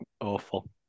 awful